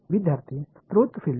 विद्यार्थीः स्त्रोत फील्ड